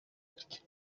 африки